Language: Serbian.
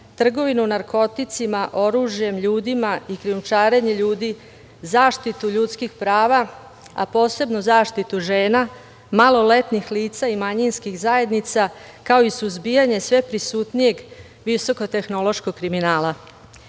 trgovinu narkoticima, oružjem, ljudima i krijumčarenje ljudi, zaštitu ljudskih prava, a posebno zaštitu žena, maloletnih lica i manjinskih zajednica, kao i suzbijanje sve prisutnijeg visoko-tehnološkog kriminala. Imajući